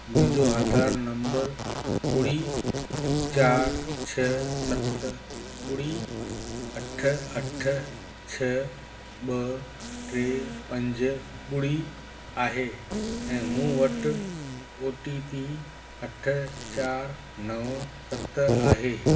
मुंहिंजो आधार नम्बर ॿुड़ी चार छह सत ॿुड़ी अठ अठ छ्ह ॿ टे पंज ॿुड़ी आहे ऐं मूं वटि ओ टी पी अठ चार नवं सत आहे